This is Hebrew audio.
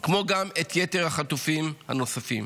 כמו גם את יתר החטופים הנוספים.